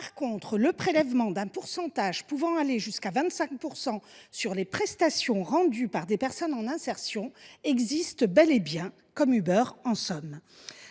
revanche, le prélèvement d’un pourcentage pouvant aller jusqu’à 25 % sur les prestations effectuées par des personnes en insertion existe bel et bien, comme pour Uber, en somme.